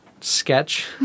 Sketch